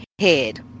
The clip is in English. head